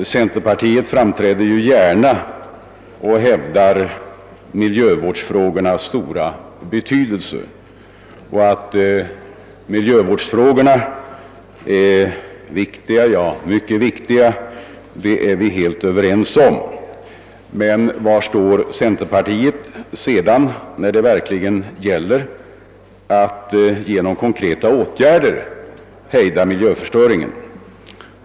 Centerpartiet framträder gärna och betonar miljövårdsfrågornas stora bety delse. Att miljövårdsfrågorna är mycket viktiga är vi helt överens om. Men var står centerpartiet när det verkligen gäller att genom konkreta åtgärder hejda miljöförstöringen?